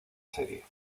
serie